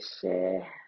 share